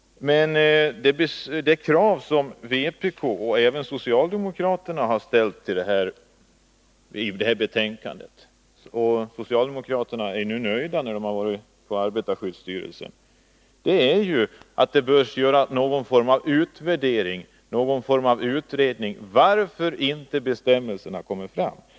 Men de krav som vpk och även socialdemokraterna har ställt i anslutning till det här betänkandet — socialdemokraterna är nu nöjda, när de har varit på arbetarskyddsstyrelsen — går ju ut på att det behövs en utvärdering, någon form av utredning, om varför inte bestämmelserna kommer fram.